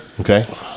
Okay